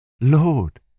Lord